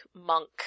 monk